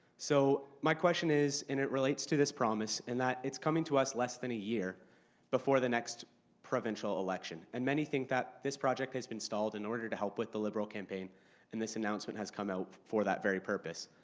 so, my question is and it relates to this promise in that it's coming to us less than a year before the next provincial election and many think that this project has been stalled in order to help with the liberal campaign and this announcement has come out for that very purpose.